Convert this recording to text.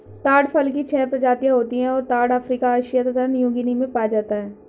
ताड़ फल की छह प्रजातियाँ होती हैं और ताड़ अफ्रीका एशिया तथा न्यूगीनी में पाया जाता है